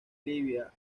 libia